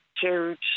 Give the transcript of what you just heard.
huge